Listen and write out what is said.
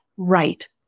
right